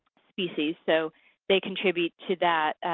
species, so they contribute to that